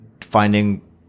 finding